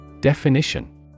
Definition